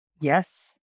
Yes